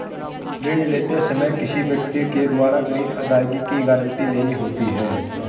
ऋण लेते समय किसी व्यक्ति के द्वारा ग्रीन अदायगी की गारंटी लेनी होती है